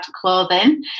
clothing